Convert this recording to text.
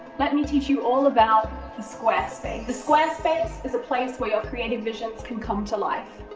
let me teach you all about the squarespace. the squarespace is a place where your creative visions can come to life.